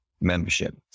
membership